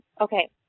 Okay